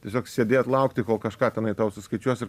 tiesiog sėdėt laukti kol kažką tenai tau suskaičiuos ir